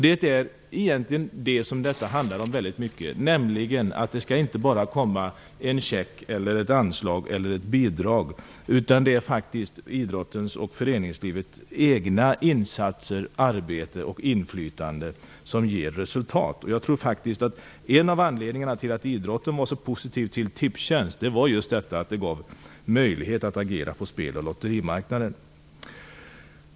Det är egentligen det som detta handlar om, nämligen att det inte bara skall komma en check, ett anslag eller ett bidrag, utan att det faktiskt är idrottens och föreningslivets egna insatser, arbete och inflytande som ger resultat. En av anledningarna till att idrottsrörelsen var så positiv till Tipstjänst var just att det gav en möjlighet att agera på spel och lotterimarknaden.